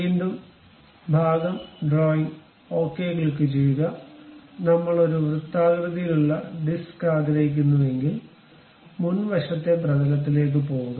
വീണ്ടും ഭാഗം drawing okay ക്ലിക്കുചെയ്യുക നമ്മൾ ഒരു വൃത്താകൃതിയിലുള്ള ഡിസ്ക് ആഗ്രഹിക്കുന്നുവെങ്കിൽ മുൻവശത്തെ പ്രതലത്തിലേക്ക് പോകുക